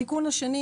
התיקון השני